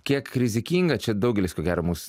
kiek rizikinga čia daugelis ko gero mus